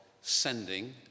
sending